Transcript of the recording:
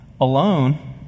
alone